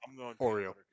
Oreo